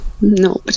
No